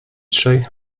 trzej